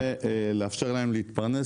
ולאפשר להם להתפרנס.